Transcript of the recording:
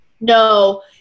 no